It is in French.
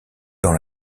dans